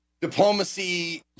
diplomacy